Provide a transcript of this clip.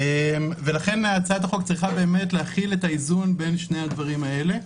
לכן הצעת החוק צריכה להכיל את האיזון בין שני הדברים האלה.